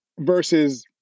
versus